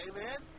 Amen